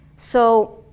so,